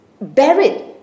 buried